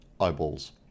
eyeballs